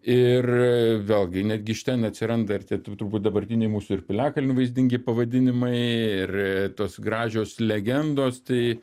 ir vėlgi netgi iš ten atsiranda ir tu turbūt dabartiniai mūsų ir piliakalnių vaizdingi pavadinimai ir tos gražios legendos tai